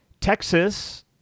Texas